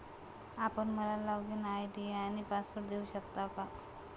आपण मला login ID आणि पासवर्ड देऊ शकता का?